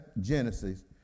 Genesis